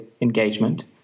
engagement